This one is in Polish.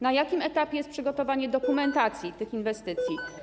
Na jakim etapie jest przygotowanie dokumentacji tych inwestycji?